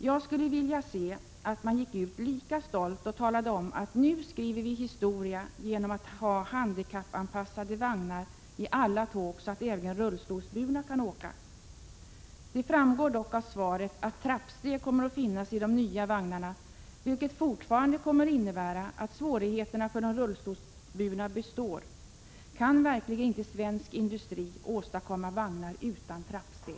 Jag skulle vilja se att man gick ut lika stolt och talade om att vi nu skriver historia genom att ha handikappanpassade vagnar i alla tåg, så att även rullstolsbundna kan åka. Det framgår dock av svaret att trappsteg kommer att finnas i de nya vagnarna, vilket innebär att svårigheterna för de rullstolsbundna kommer att bestå. Kan verkligen inte svensk industri åstadkomma vagnar utan trappsteg?